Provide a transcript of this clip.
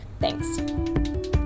Thanks